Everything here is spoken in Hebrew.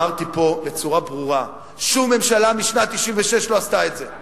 אמרתי בצורה ברורה: שום ממשלה משנת 1996 לא עשתה את זה.